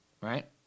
right